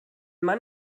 mann